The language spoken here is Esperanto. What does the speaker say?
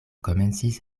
komencis